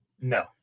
No